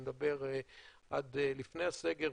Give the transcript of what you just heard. אני מדבר עד לפני הסגר,